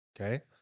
Okay